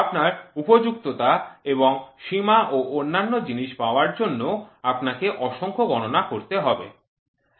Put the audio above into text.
আপনার উপযুক্ততা এবং সীমা ও অন্যান্য জিনিস পাওয়ার জন্য আপনাকে অসংখ্য গণনা করতে হবে